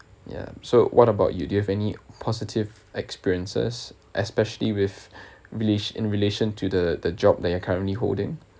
ya so what about you do you have any positive experiences especially with relat~ in relation to the the job that you're currently holding